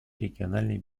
региональной